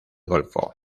golfo